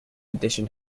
edition